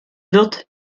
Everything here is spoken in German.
wird